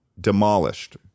demolished